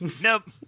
Nope